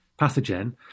pathogen